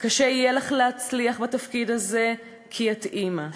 'קשה יהיה לך להצליח בתפקיד הזה כי את אימא'.